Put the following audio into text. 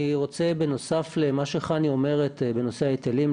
אני רוצה בנוסף למה שחני אומרת בנושא ההיטלים,